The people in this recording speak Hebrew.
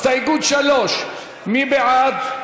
הסתייגות 3, מי בעד?